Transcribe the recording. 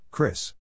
Chris